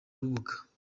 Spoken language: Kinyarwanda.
rubuga